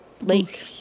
Lake